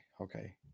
Okay